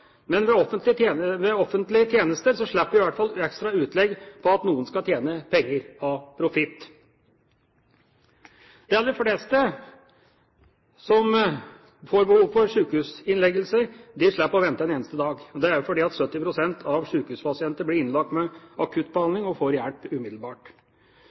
men ved offentlige tjenester slipper vi i hvert fall ekstra utlegg for at noen skal tjene penger – ha profitt. De aller fleste som får behov for sykehusinnleggelse, slipper å vente en eneste dag. Det er fordi 70 pst. av sykehuspasientene blir innlagt for akutt behandling, og får hjelp umiddelbart.